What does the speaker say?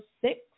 six